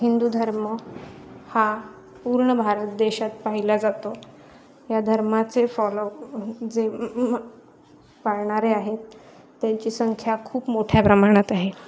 हिंदू धर्म हा पूर्ण भारत देशात पाहिला जातो या धर्माचे फॉलो जे पाळणारे आहेत त्यांची संख्या खूप मोठ्या प्रमाणात आहे